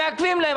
שמעכבים להם.